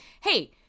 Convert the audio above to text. hey